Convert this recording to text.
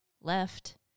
left